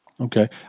Okay